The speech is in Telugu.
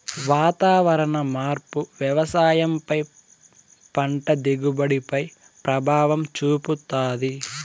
వాతావరణ మార్పు వ్యవసాయం పై పంట దిగుబడి పై ప్రభావం చూపుతాది